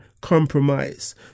compromise